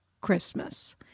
Christmas